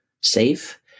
SAFE